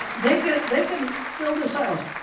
they can they can fill this out.